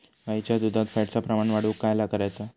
गाईच्या दुधात फॅटचा प्रमाण वाढवुक काय करायचा?